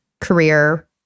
career